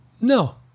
no